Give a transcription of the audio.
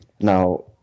Now